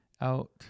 out